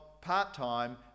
part-time